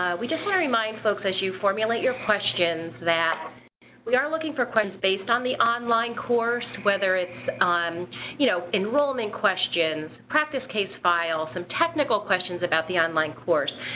ah we just wanna remind folks as you formulate your questions that we are looking for questions based on the online course whether it's on you know enrollment questions, practice case file, some technical questions about the online course.